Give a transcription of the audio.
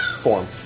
form